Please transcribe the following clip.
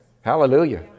Hallelujah